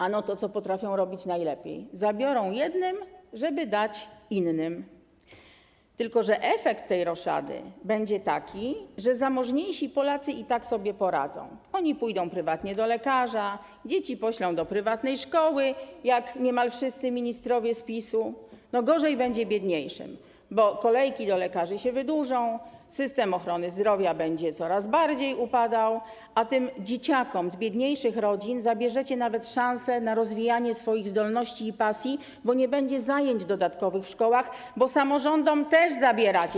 Ano to, co potrafią robić najlepiej: zabiorą jednym, żeby dać innym, tylko że efekt tej roszady będzie taki, że zamożniejsi Polacy i tak sobie poradzą: pójdą prywatnie do lekarza, dzieci poślą do prywatnej szkoły, jak niemal wszyscy ministrowie z PiS, a gorzej będzie biedniejszym, bo kolejki do lekarzy się wydłużą, system ochrony zdrowia będzie coraz bardziej upadał, a tym dzieciakom z biedniejszych rodzin zabierzecie nawet szansę na rozwijanie swoich zdolności i pasji, bo nie będzie zajęć dodatkowych w szkołach, ponieważ samorządom też zabieracie.